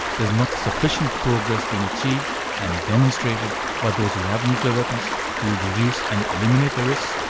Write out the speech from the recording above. there is not sufficient progress being achieved and demonstrated by those who have nuclear weapons to reduce and eliminate the risks,